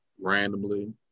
randomly